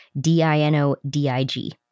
D-I-N-O-D-I-G